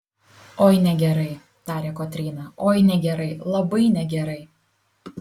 oi negerai tarė kotryna oi negerai labai negerai